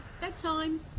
Bedtime